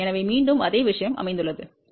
எனவே மீண்டும் அதே விஷயம் அமைந்துள்ளது 0